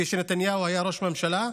כשנתניהו היה ראש ממשלה,